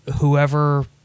whoever